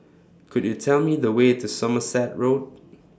Could YOU Tell Me The Way to Somerset Road